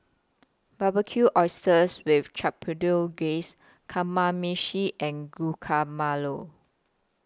Barbecued Oysters with Chipotle Glaze Kamameshi and